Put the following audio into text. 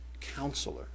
Counselor